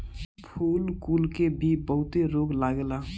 फूल कुल के भी बहुते रोग लागेला